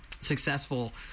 successful